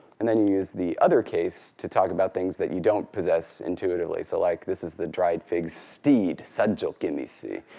and then use the other case to talk about things that you don't possess intuitively. so like this is the dried fig's steed, sajo kemisi,